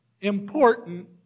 important